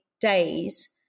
days